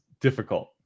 difficult